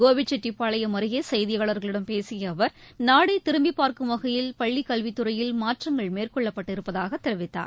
கோபிச்செட்டிப்பாளையம் அருகேசெய்தியாளர்களிடம் பேசியஅவர் நாடேதிரும்பிப் பார்க்கும் வகையில் பள்ளிக் கல்வித் துறையில் மாற்றங்கள் மேற்கொள்ளப்பட்டு இருப்பதாகதெரிவித்தார்